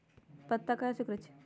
पत्ता काहे सिकुड़े छई?